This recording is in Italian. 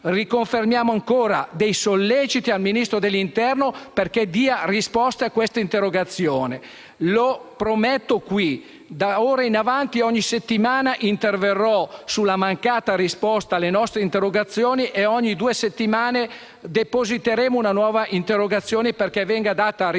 sollecitiamo nuovamente il Ministro dell'interno perché dia risposta alla nostra interrogazione. Lo prometto qui: d'ora in avanti ogni settimana interverrò sulla mancata risposta alle nostre interrogazioni e ogni due settimane depositeremo una nuova interrogazione, perché venga data risposta